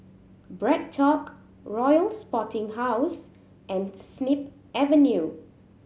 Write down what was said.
BreadTalk Royal Sporting House and Snip Avenue